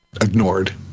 ignored